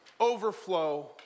overflow